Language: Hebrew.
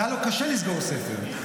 והיה לו קשה לסגור ספר,